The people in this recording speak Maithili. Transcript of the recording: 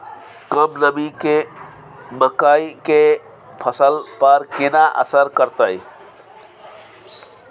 कम नमी मकई के फसल पर केना असर करतय?